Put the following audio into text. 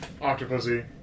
Octopussy